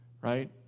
right